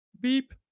beep